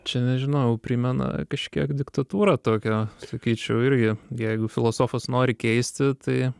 čia nežinau jau primena kažkiek diktatūrą tokią sakyčiau irgi jeigu filosofas nori keisti tai